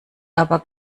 aber